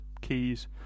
keys